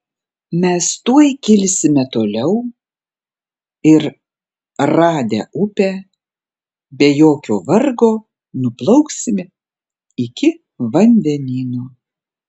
mes tuoj kilsime toliau ir radę upę be jokio vargo nuplauksime iki vandenyno